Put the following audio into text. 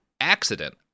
accident